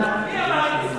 מי אמר את הסכומים האלה?